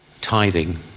tithing